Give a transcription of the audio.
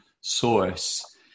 source